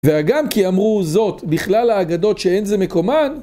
והגם כי אמרו זאת בכלל ההגדות שאין זה מקומן.